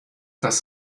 das